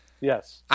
Yes